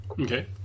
Okay